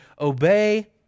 obey